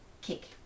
kick